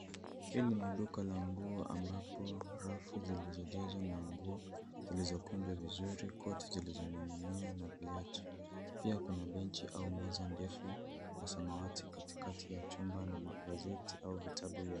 Hili ni duka la nguo ambapo rafu zilizo jazwa na nguo zilizo kunjwa vizuri, koti zilizo ning'inia na viatu. Pia kuna benchi au meza ya samawati katikati ya chumba na magazeti au vitabu vyao.